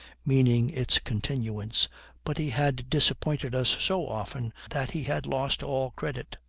meaning its continuance but he had disappointed us so often that he had lost all credit.